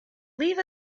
leave